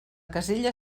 casella